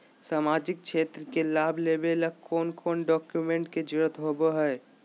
सामाजिक क्षेत्र के लाभ लेबे ला कौन कौन डाक्यूमेंट्स के जरुरत होबो होई?